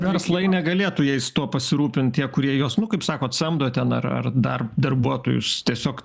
verslai negalėtų jais tuo pasirūpint kurie jos nu kaip sakot samdo ten ar ar dar darbuotojus tiesiog